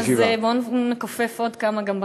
אז בוא ונכופף עוד כמה גם בכנסת.